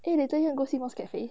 eh later you want go see mos cafe